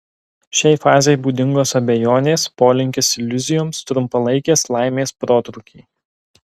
šiai fazei būdingos abejonės polinkis iliuzijoms trumpalaikės laimės protrūkiai